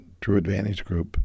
TrueAdvantageGroup